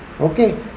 Okay